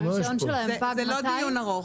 זה לא דיון ארוך.